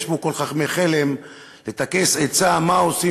ישבו כל חכמי חלם לטכס עצה: מה עושים